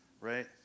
right